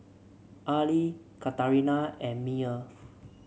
Arley Katarina and Meyer